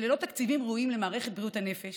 ושללא תקציבים ראויים למערכת בריאות הנפש,